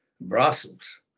Brussels